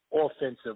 offensive